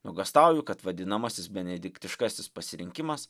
nuogąstauju kad vadinamasis benediktiškasis pasirinkimas